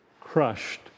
crushed